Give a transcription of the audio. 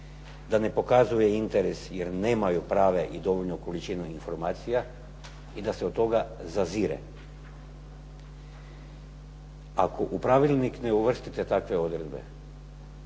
da ne pokazuje interes jer nemaju prave i dovoljnu količinu informacija, i da se od toga zazire. Ako u pravilnik ne uvrstite takve odredbe